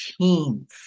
teens